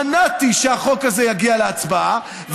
מנעתי מהחוק הזה להגיע להצבעה.